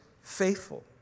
faithful